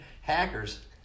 hackers